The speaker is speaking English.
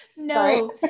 no